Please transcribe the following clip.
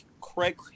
Craig